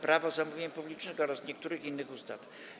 Prawo zamówień publicznych oraz niektórych innych ustaw.